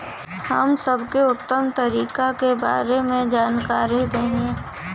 हम सबके उत्तम तरीका के बारे में जानकारी देही?